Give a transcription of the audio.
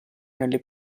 nelle